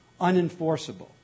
unenforceable